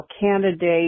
candidate